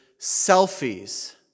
selfies